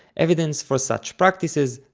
evidence for such practices,